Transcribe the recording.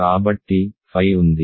కాబట్టి ఫై ఉంది